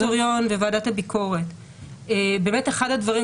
מבחינת הדירקטוריון וועדת הביקורת באמת אחד הדברים,